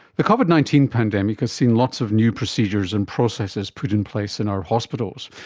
the covid nineteen pandemic has seen lots of new procedures and processes put in place in our hospitals.